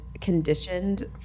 conditioned